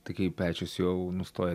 tai kia pečius jau nustoja